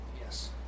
Yes